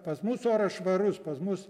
pas mus oras švarus pas mus